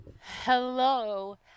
Hello